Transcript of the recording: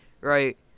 right